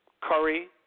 Curry